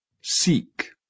Seek